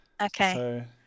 Okay